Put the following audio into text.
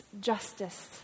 justice